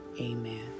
amen